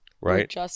right